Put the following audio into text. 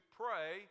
pray